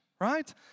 right